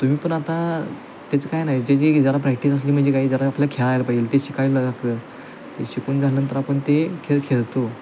तुम्ही पण आता त्याचं काही नाही त्याचीही जरा प्रॅक्टिस असली म्हणजे काही जरा आपल्या खेळायला पाहिजे ते शिकायला लागतं ते शिकून झाल्यानंतर आपण ते खेळ खेळतो